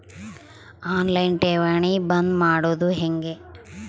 On line ಠೇವಣಿ ಬಂದ್ ಮಾಡೋದು ಹೆಂಗೆ?